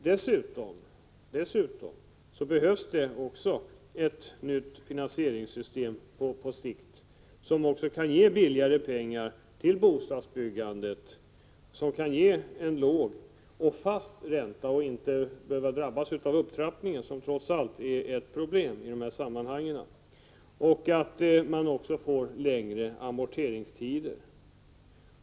Dessutom behövs det också på sikt ett nytt finansieringssystem som kan ge billigare pengar till bostadsbyggandet, vilket i sin tur leder till en låg och fast ränta, så att man inte drabbas av den upptrappning som trots allt är ett problem i dessa sammanhang och att man också får längre amorteringstider.